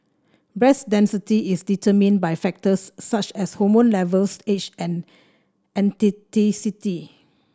breast density is determined by factors such as hormone levels age and